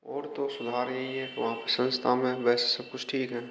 और तो सुधार यही है तो आपकी संस्था में वैसे कुछ ठीक है